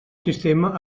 sistema